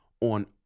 on